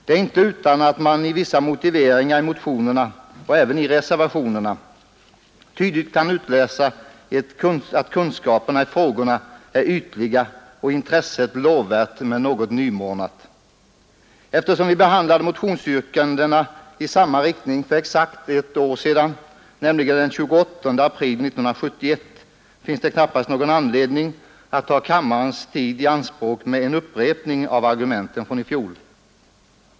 Det är inte utan att man i vissa motiveringar i de motionerna och även i de reservationer som avgivits kan utläsa att kunskaperna i miljöfrågorna är ytliga och intresset lovvärt men något nymornat. : Eftersom vi behandlade motionsyrkanden i samma riktning för exakt ett år sedan, nämligen den 28 april 1971, finns det knappast någon anledning att nu ta kammarens tid i anspråk med en upprepning av argumenten från i fjol.